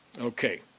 Okay